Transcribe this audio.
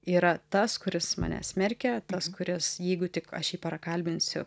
yra tas kuris mane smerkia tas kuris jeigu tik aš jį prakalbinsiu